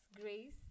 Grace